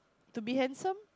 to be handsome